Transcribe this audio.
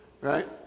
right